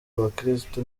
abakirisitu